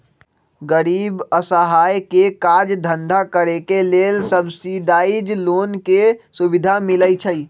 गरीब असहाय के काज धन्धा करेके लेल सब्सिडाइज लोन के सुभिधा मिलइ छइ